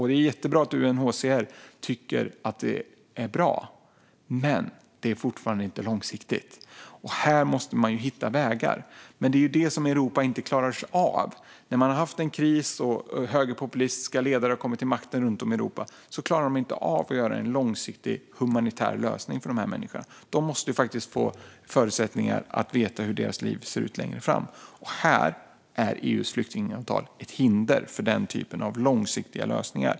Det är jättebra att UNHCR tycker att det är bra, men det är fortfarande inte långsiktigt. Här måste man hitta vägar, men det är det Europa inte klarar av. Vi har haft en kris, och högerpopulistiska ledare har kommit till makten runt om i Europa. De klarar inte av att få till stånd en långsiktig, humanitär lösning för dessa människor, som faktiskt måste få förutsättningar att veta hur deras liv kommer att se ut längre fram. EU:s flyktingavtal är ett hinder för den typen av långsiktiga lösningar.